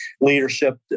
leadership